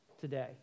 today